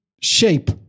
shape